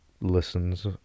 listens